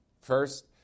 First